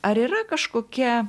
ar yra kažkokia